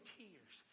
tears